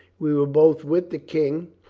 we were both with the king.